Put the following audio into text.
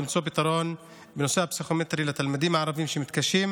כדי שיהיו פתרונות לתלמידים לאחר סיום כיתה י"ב.)